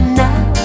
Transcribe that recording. now